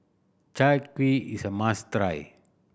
Chai Kuih is a must try